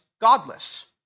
godless